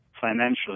financially